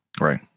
Right